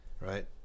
right